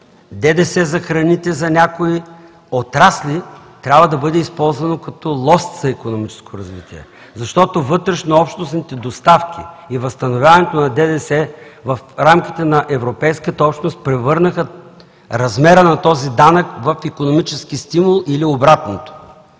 ДДС за храните и за някои отрасли трябва да бъде използван като лост за икономическо развитие. Защото вътрешнообщностните доставки и възстановяването на ДДС в рамките на европейската общност превърнаха размера на този данък в икономически стимул или обратното.